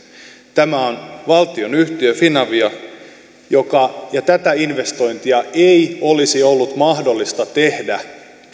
tämä on valtionyhtiö finavia ja tätä investointia ei olisi ollut mahdollista tehdä